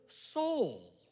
soul